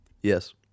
yes